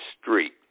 street